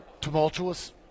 tumultuous